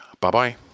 Bye-bye